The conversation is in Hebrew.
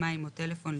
מים או טלפון,